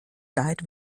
died